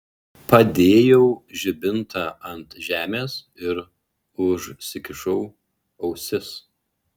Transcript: padėjau žibintą ant žemės ir užsikišau ausis